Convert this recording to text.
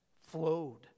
flowed